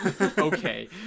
Okay